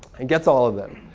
it gets all of them.